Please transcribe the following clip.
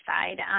side